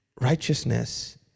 righteousness